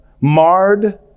marred